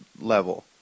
level